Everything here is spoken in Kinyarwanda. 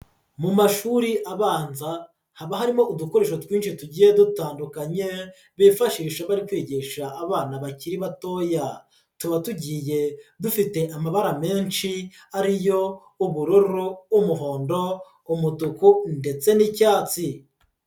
Mu mashuri abanza haba harimo udukoresho twinshi tugiye dutandukanye bifashisha bari kwigisha abana bakiri batoya, tuba tugiye dufite amabara menshi ariyo ubururu, umuhondo, umutuku ndetse n'icyatsi.